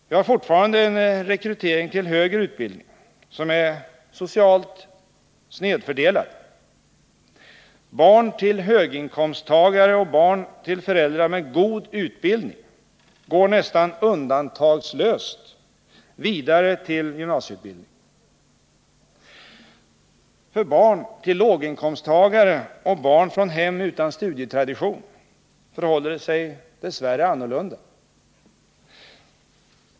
Vi har fortfarande en rekrytering till högre utbildning som är socialt snedfördelad. Barn till höginkomsttagare och barn till föräldrar med god utbildning går nästan undantagslöst vidare till gymnasieutbildning. För barn till låginkomsttagare och barn från hem utan studietradition förhåller det sig dess värre annorlunda.